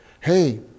Hey